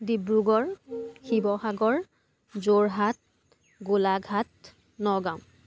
Dibrugarh Sivasagar Jorhat Golaghat Nagaon